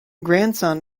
grandson